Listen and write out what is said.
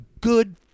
good